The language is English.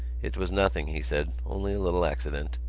it was nothing, he said only a little accident.